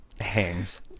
hangs